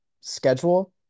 schedule